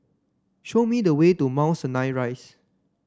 show me the way to Mount Sinai Rise